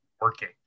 working